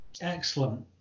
excellent